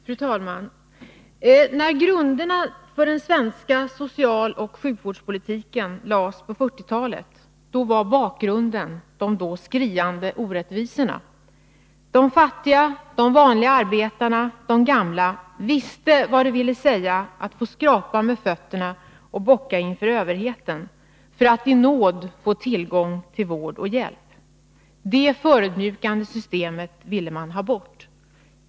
Fru talman! När grunderna för den svenska socialoch sjukvårdspolitiken lades fast på 1940-talet var bakgrunden de då skriande orättvisorna. De fattiga, de vanliga arbetarna och de gamla visste vad det ville säga att få skrapa med fötterna och bocka inför överheten för att i nåd få tillgång till vård och hjälp. Detta förödmjukande system ville man ha bort.